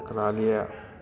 एकरा लिए